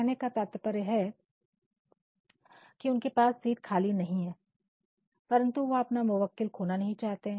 कहने का तात्पर्य है कि उनके पास सीट खाली नहीं है परंतु वह अपना मुवक्किल खोना नहीं चाहते हैं